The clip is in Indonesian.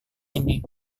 ini